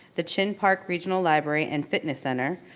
the chin park regional library and fitness center,